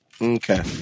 Okay